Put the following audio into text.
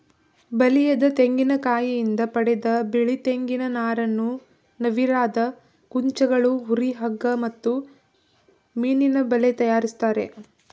ಬಲಿಯದ ತೆಂಗಿನಕಾಯಿಂದ ಪಡೆದ ಬಿಳಿ ತೆಂಗಿನ ನಾರನ್ನು ನವಿರಾದ ಕುಂಚಗಳು ಹುರಿ ಹಗ್ಗ ಮತ್ತು ಮೀನಿನಬಲೆ ತಯಾರಿಸ್ತರೆ